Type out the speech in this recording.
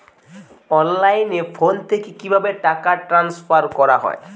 অনলাইনে ফোন থেকে কিভাবে টাকা ট্রান্সফার করা হয়?